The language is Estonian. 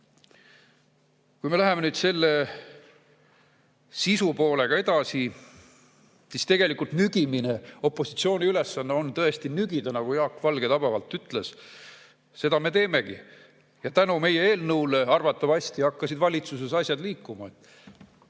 Kui me läheme nüüd selle sisu poolega edasi, siis tegelikult nügimine... Opositsiooni ülesanne on tõesti nügida, nagu Jaak Valge tabavalt ütles. Seda me teemegi ja tänu meie eelnõule arvatavasti hakkasid valitsuses asjad liikuma.